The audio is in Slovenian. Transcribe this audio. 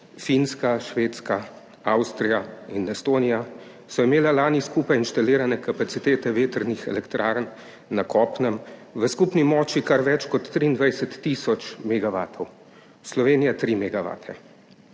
Finska, Švedska, Avstrija in Estonija so imele lani skupaj instalirane kapacitete vetrnih elektrarn na kopnem v skupni moči kar več kot 23 tisoč megavatov, Slovenija tri megavate,